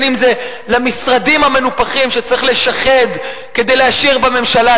אם זה למשרדים המנופחים שצריך לשחד כדי להשאיר בממשלה,